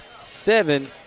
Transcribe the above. seven